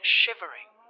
shivering